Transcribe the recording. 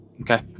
Okay